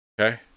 Okay